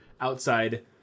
outside